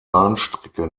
bahnstrecke